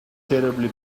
terribly